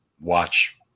watch